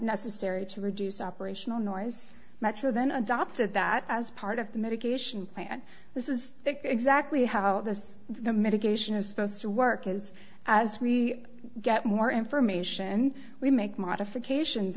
necessary to reduce operational noise much more than adopted that as part of the medication plan this is exactly how this the mitigation is supposed to work is as we get more information we make modifications